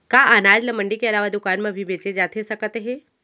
का अनाज ल मंडी के अलावा दुकान म भी बेचे जाथे सकत हे?